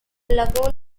lagoon